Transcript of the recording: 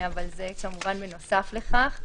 אבל זה בנוסף לכך.